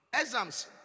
exams